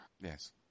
yes